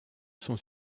sont